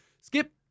Skip